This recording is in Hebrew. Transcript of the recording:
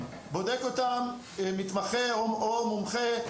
בודק אותם מתמחה או מומחה,